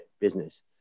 business